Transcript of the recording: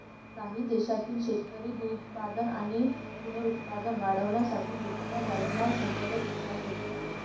काही देशांतील शेतकरी दुग्धोत्पादन आणि पुनरुत्पादन वाढवण्यासाठी दुभत्या गायींना संप्रेरक उपचार देतात